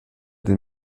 den